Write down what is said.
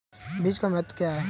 बीज का महत्व क्या है?